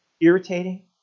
irritating